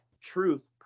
truth